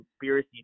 conspiracy